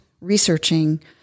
researching